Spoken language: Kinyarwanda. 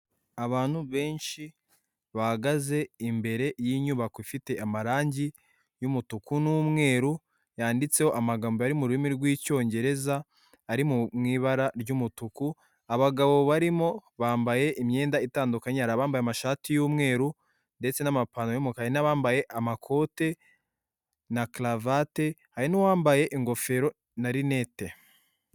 Abantu benshi bahagaze imbere y'inyubako ifite amarangi y'umutuku n'umweru, yanditseho amagambo ari mu rurimi rw'icyongereza ari mu ibara ry'umutuku, abagabo barimo bambaye imyenda itandukanye, hari bambaye amashati y'umweru ndetse n'amapantaro y'umukara, hari n'abambaye amakote na karavate, hari n'uwambaye ingofero na rinete.